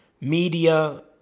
media